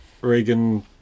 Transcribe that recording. Reagan